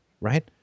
right